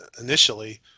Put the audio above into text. initially